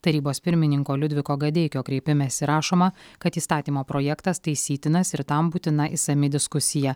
tarybos pirmininko liudviko gadeikio kreipimesi rašoma kad įstatymo projektas taisytinas ir tam būtina išsami diskusija